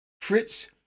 Fritz